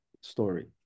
story